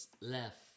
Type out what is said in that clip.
left